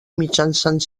mitjançant